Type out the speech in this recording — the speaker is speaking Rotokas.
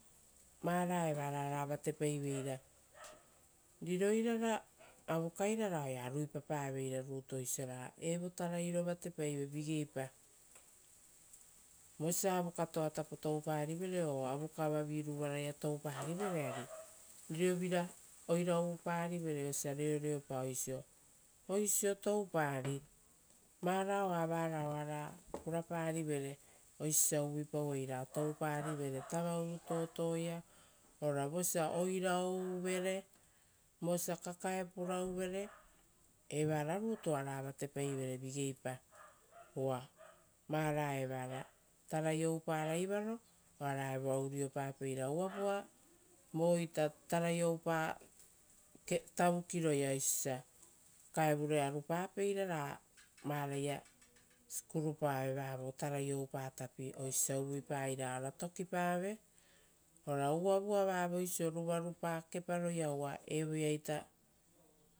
Vara evara oara vatepaiveira. Uva riro irara avukairara oea ruipapaveira rutu oisio ra evo tarairo vatepaive vigeipa. Vosia avukato tapo touparivere o avukavavi ruvaraia touparivere ra rirovira oira uvuparivere osia reoreopa o osio, osio toupari, varao a vara oara puraparivere oisio osia uvuipa ra toupari tavauru totoia ora vosia oira ouvere, vosia kakae purauvere. Evara rutu oara vatepaivere vigeipa uva vara evara tarai oupa raivaro, oara evoa uriopapeira. Uvavuita voia terai tavukiroia oisio osia kakaevure arupapeira ra varaia sikurupave vavo tara oupa tapi oisio osia uvuipai ra ora tokipave ora uvavua vavoisio ruvarupa keparoia uva evoeita